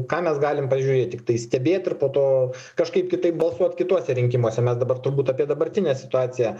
ką mes galim pažiūrėt tiktai stebėt ir po to kažkaip kitaip balsuot kituose rinkimuose mes dabar turbūt apie dabartinę situaciją